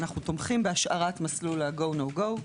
שאנו תומכים בהשארת מסלול הגו נו גו,